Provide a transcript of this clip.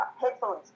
headphones